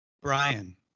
Brian